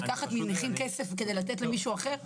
לקחת כסף מנכים כדי לתת למישהו אחר,